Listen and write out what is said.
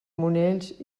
monells